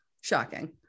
Shocking